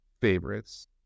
favorites